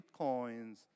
bitcoins